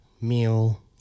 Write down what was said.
meal